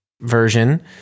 version